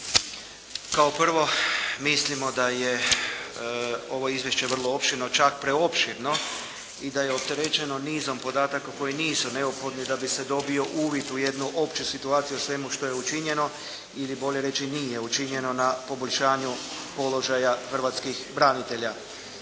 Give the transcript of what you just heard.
Kao prvo, mislimo da je ovo izvješće vrlo opširno, čak preopširno i da je opterećeno nizom podataka koji nisu neophodni da bi se dobio uvid u jednu opću situaciju o svemu što je učinjeno ili bolje reći nije učinjeno na poboljšanju položaja hrvatskih branitelja.